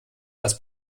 was